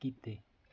ਕੀਤੇ